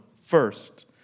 first